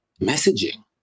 messaging